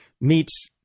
meets